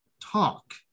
talk